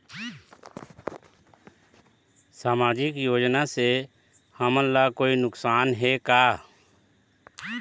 सामाजिक योजना से हमन ला कोई नुकसान हे का?